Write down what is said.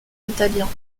italiens